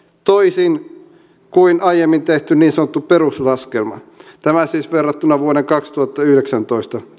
toisin kuin aiemmin tehty niin sanottu peruslaskelma tämä siis verrattuna vuoden kaksituhattayhdeksäntoista